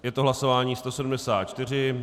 Je to hlasování 174.